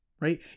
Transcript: Right